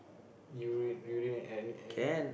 urine urinate everywhere